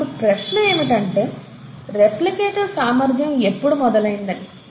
ఇప్పుడు ప్రశ్న ఏమిటంటే రెప్లికేటివ్ సామర్ధ్యం ఎప్పుడు మొదలయిందని